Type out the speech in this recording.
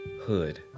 hood